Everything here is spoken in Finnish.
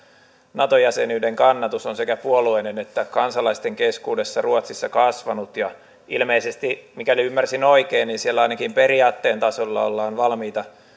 nato jäsenyyden kannatus on sekä puolueiden että kansalaisten keskuudessa ruotsissa kasvanut ja ilmeisesti mikäli ymmärsin oikein siellä ainakin periaatteen tasolla ollaan valmiita